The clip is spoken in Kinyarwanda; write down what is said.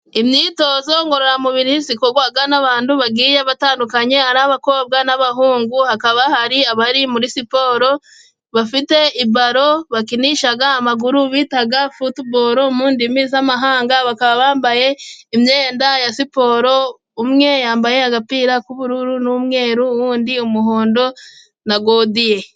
Imyitozo ngororamubiri, zikorwa n'abantu bagiye batandukanye, ari abakobwa n'abahungu, hakaba hari abari muri siporo, bafite baro bakinishaga amaguru, bitaga futuboro mu ndimi z'amahanga, bakaba bambaye imyenda ya siporo, umwe yambaye agapira k'ubururu n'umweru, undi umuhondo na godiye.